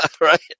Right